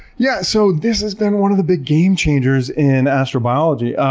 yeah so this has been one of the big game changers in astrobiology.